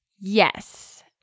Yes